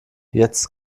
jetzt